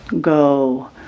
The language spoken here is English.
go